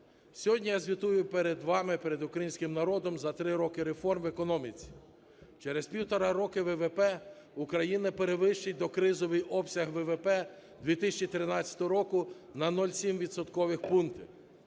Сьогодні я звітую перед вами, перед українським народом за 3 роки реформ в економіці. Через півтора роки ВВП України перевищить докризовий обсяг ВВП 2013 року на 0,7